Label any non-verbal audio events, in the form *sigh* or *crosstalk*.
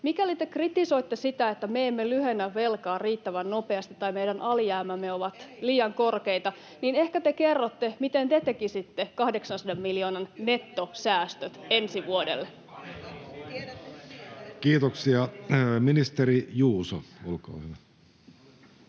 Mikäli te kritisoitte sitä, että me emme lyhennä velkaa riittävän nopeasti tai meidän alijäämämme ovat liian korkeita, [Suna Kymäläisen välihuuto] niin ehkä te kerrotte, miten te tekisitte 800 miljoonan nettosäästöt ensi vuodelle. *noise*